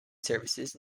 services